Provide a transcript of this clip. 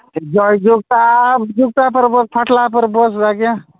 ଜୟଯୁକ୍ତା ଯୁକ୍ତା ପରେ ବସ୍ ଫାଟ୍ଲା ପରେ ବସ୍ ଆଜ୍ଞା